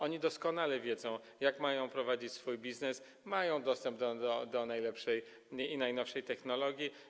Oni doskonale wiedzą, jak mają prowadzić swój biznes, mają dostęp do najlepszej i najnowszej technologii.